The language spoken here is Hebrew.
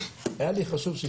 היה לי חשוב שתשנו את השם.